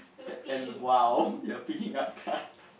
and and !wow! you're picking up card